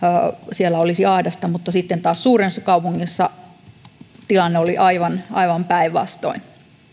siellä olisi ahdasta mutta sitten taas suuressa kaupungissa tilanne oli aivan aivan päinvastoin